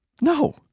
No